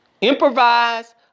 improvise